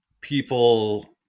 people